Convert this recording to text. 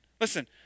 Listen